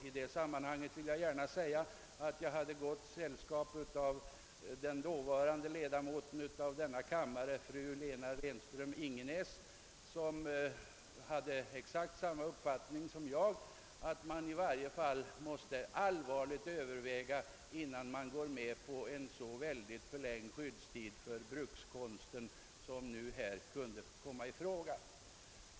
I detta sammanhang vill jag erinra om att jag hade gott sällskap av den dåvarande ledamoten i denna kammare fru Lena Renström-Ingenäs, som också ansåg att man i varje fall måste göra allvarliga överväganden före införandet av en så väsentligt förlängd skyddstid för brukskonsten som vad som nu kan komma i fråga.